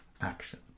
action